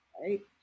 Right